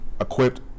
equipped